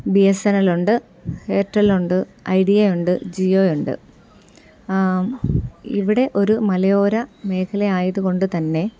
B S N L ഉണ്ട് Airtel ഉണ്ട് Idea ഉണ്ട് ജിയോ ഉണ്ട് ഇവിടെ ഒരു മലയോര മേഖല ആയതുകൊണ്ട് തന്നെ